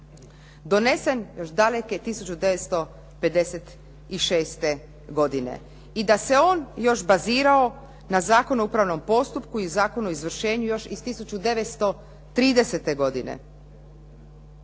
donesen još daleke 1956. godine i da se on još bazirao na Zakonu o upravnom postupku i Zakonu o izvršenju još iz 1930. godine.